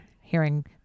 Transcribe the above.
hearing